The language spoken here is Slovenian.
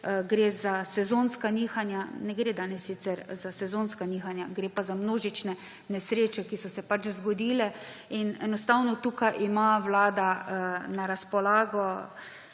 gre za sezonska nihanja. Ne gre danes sicer za sezonska gibanja, gre pa za množične nesreče, ki so se pač zgodile. In enostavno tukaj ima vlada na razpolago